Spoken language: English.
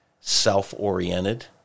self-oriented